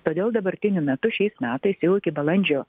todėl dabartiniu metu šiais metais jau iki balandžio